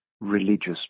religious